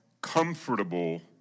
comfortable